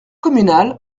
communale